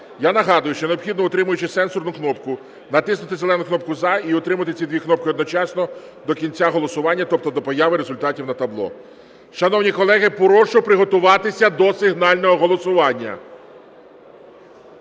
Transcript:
Я нагадую, що необхідно, утримуючи сенсорну кнопку, натиснути зелену кнопку "За" і утримувати ці дві кнопки одночасно до кінця голосування, тобто до появи результатів на табло. Шановні колеги, прошу приготуватися до сигнального голосування.